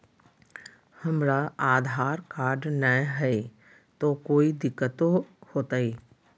हमरा आधार कार्ड न हय, तो कोइ दिकतो हो तय?